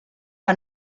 que